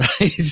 right